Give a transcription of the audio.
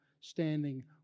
standing